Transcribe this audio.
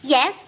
Yes